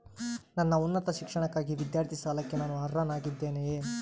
ನನ್ನ ಉನ್ನತ ಶಿಕ್ಷಣಕ್ಕಾಗಿ ವಿದ್ಯಾರ್ಥಿ ಸಾಲಕ್ಕೆ ನಾನು ಅರ್ಹನಾಗಿದ್ದೇನೆಯೇ?